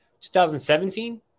2017